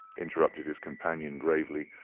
interrupted his companion gravely,